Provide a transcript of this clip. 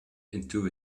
into